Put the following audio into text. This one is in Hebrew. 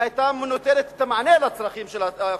היא היתה נותנת את המענה לצרכים של האוכלוסייה,